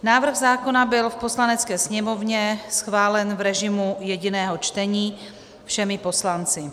Návrh zákona byl v Poslanecké sněmovně schválen v režimu jediného čtení všemi poslanci.